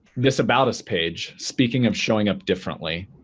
this about us page speaking of showing up differently,